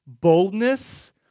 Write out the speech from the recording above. Boldness